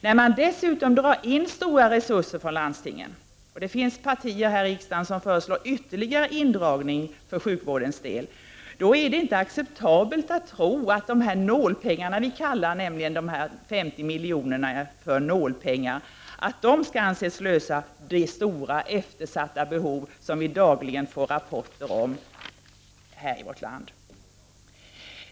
När man dessutom drar in stora resurser från landstingen — det finns partier här i riksdagen som föreslår ytterligare indragning för sjukvårdens del — är det inte acceptabelt att tro att de här nålpengarna, som ni kallar de 50 milj.kr., skall lösa problemen med de stora eftersatta behov som vi dagligen får rapporter om i vårt land.